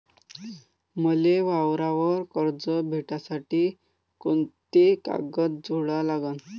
मले वावरावर कर्ज भेटासाठी कोंते कागद जोडा लागन?